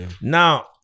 Now